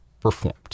performed